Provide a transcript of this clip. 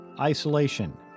isolation